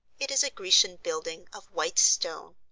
it is a grecian building of white stone.